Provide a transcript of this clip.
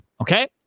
Okay